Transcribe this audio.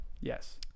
Yes